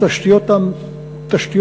את תשתיות המכלים,